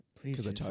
Please